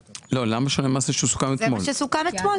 לא, למה שונה ממה שסוכם אתמול?